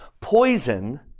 Poison